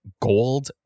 gold